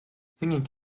singing